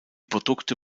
produkte